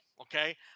Okay